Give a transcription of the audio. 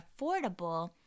affordable